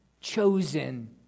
chosen